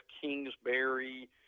Kingsbury